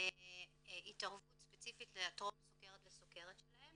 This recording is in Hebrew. התערבות ספציפית מהטרום-סוכרת לסוכרת שלהם.